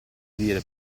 dire